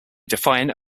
define